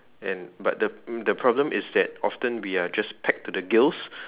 and but the the problem is that often we are just packed to the gills